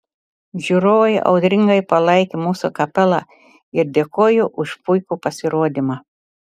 žiūrovai audringai palaikė mūsų kapelą ir dėkojo už puikų pasirodymą